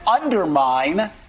undermine